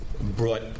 brought